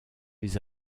les